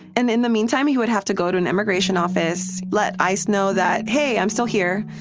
and in the meantime, he would have to go to an immigration office, let ice know that, hey, i'm still here,